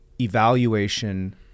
evaluation